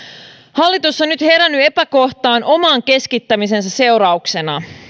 hallitus on nyt herännyt epäkohtaan oman keskittämisensä seurauksena